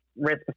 risk